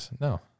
no